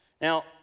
Now